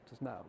now